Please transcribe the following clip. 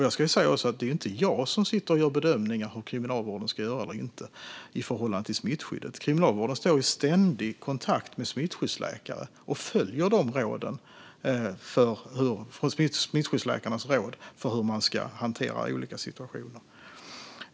Jag ska också säga att det inte är jag som sitter och gör bedömningar av hur kriminalvården ska göra eller inte i förhållande till smittskyddet. Kriminalvården står i ständig kontakt med smittskyddsläkare och följer smittskyddsläkarnas råd om hur man ska hantera olika situationer.